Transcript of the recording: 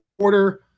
quarter